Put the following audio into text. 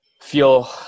feel